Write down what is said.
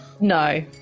no